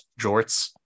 jorts